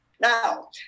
Now